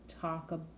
talk